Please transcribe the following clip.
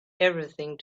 everything